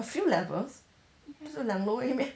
a few levels 不是两楼而已 meh